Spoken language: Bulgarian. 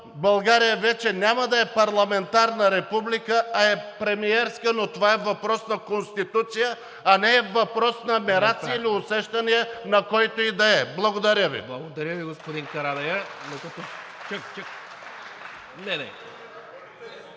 България вече няма да е парламентарна република, а е премиерска, но това е въпрос на Конституция, а не е въпрос на мераци или усещания на когото и да е. Благодаря Ви. (Ръкопляскания